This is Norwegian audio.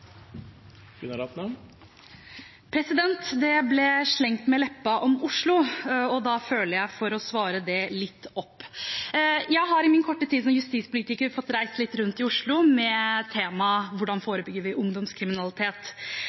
Det ble slengt med leppa om Oslo, og da føler jeg for å svare på det. Jeg har i min korte tid som justispolitiker fått reist litt rundt i Oslo med temaet hvordan vi forebygger ungdomskriminalitet.